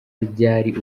ryari